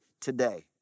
today